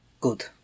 Good